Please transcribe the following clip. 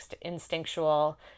instinctual